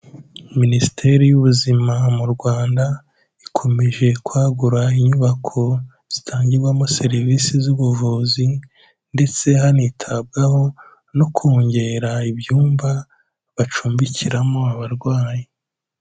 Minisiteri y'ubuzima m'u Rwanda ikomeje kwagura inyubako zitangirwamo serivisi z'ubuvuzi ndetse hanitabwaho no kongera ibyumba bacumbikiramo abarwayi.